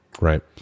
right